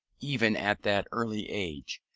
even at that early age.